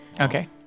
Okay